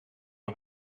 een